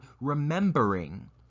remembering